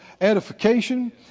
edification